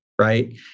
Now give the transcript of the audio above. Right